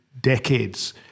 decades